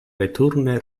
returne